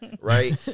Right